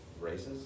Races